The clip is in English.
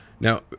Now